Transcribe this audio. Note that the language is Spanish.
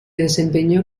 desempeñó